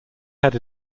had